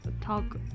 talk